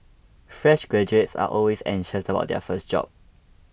fresh graduates are always anxious about their first job